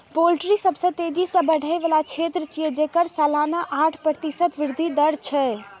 poultry सबसं तेजी सं बढ़ै बला क्षेत्र छियै, जेकर सालाना आठ प्रतिशत वृद्धि दर छै